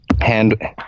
hand